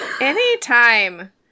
anytime